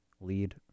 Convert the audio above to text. lead